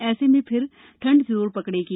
ऐसे में फिर ठंड जोर पकड़ेगी